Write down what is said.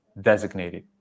designated